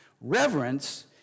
Reverence